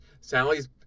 Sally's